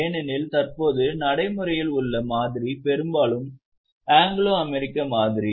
ஏனெனில் தற்போது நடைமுறையில் உள்ள மாதிரி பெரும்பாலும் ஆங்கிலோ அமெரிக்க மாதிரி